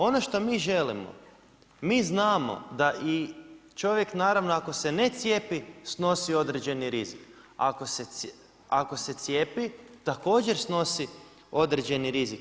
Ono što mi želimo, mi znamo da i čovjek naravno ako se ne cijepi snosi određeni rizik a ako se cijepi također snosi određeni rizik.